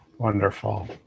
Wonderful